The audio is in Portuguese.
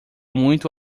muito